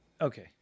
Okay